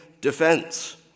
defense